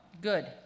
good